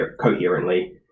coherently